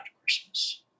Christmas